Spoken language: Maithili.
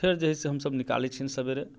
फेर जे है हम सभ निकालै छियनि सबेरे